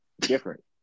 Different